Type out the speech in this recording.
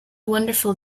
wonderful